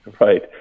Right